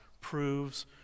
proves